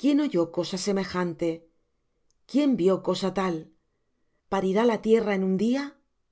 quién oyó cosa semejante quién vió cosa tal parirá la tierra en un día